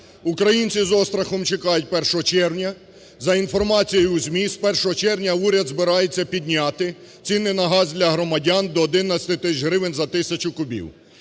Українці з острахом чекають 1 червня. За інформацією у ЗМІ, з 1 червня уряд збирається підняти ціни на газ для громадян до 11 тисяч гривень за 1000 кубів.